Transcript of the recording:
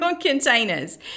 containers